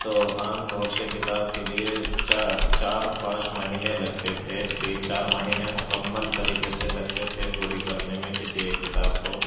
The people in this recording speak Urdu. تو عام طور سے کتاب کے لیے چار چار پانچ مہینے لگتے تھے تین چار مہینے مکمل طریقے سے لگتے تھے پوری کرنے میں کسی ایک کتاب کو